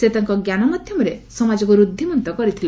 ସେ ତାଙ୍କ ଜ୍ଞାନ ମାଧ୍ୟମରେ ସମାଜକୁ ରୁଦ୍ଧିମନ୍ତ କରିଥିଲେ